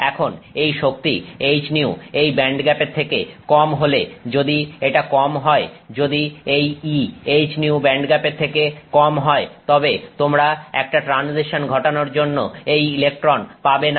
এখন এই শক্তি hυ এই ব্যান্ডগ্যাপের থেকে কম হলে যদি এটা কম হয় যদি এই E hυ ব্যান্ডগ্যাপের থেকে কম হয় তবে তোমরা একটা ট্রানজিশন ঘটানোর জন্য এই ইলেকট্রন পাবেনা